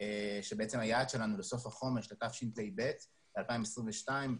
כשהיעד שלנו לסוף החומש, לתשפ"ב, 2022,